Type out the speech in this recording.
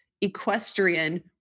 equestrian